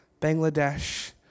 Bangladesh